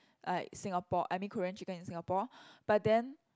like Singapore I mean Korean chicken in Singapore but then